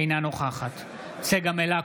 אינה נוכחת צגה מלקו,